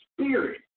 spirit